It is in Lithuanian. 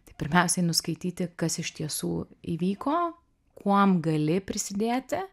tai pirmiausiai nuskaityti kas iš tiesų įvyko kuom gali prisidėti